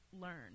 learn